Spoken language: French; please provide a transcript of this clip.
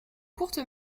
courte